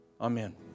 Amen